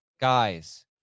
guys